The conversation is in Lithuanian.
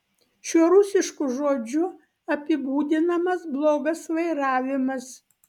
šiuo rusišku žodžiu apibūdinamas blogas vairavimas